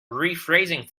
rephrasing